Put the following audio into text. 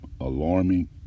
alarming